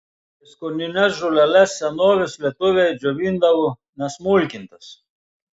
prieskonines žoleles senovės lietuviai džiovindavo nesmulkintas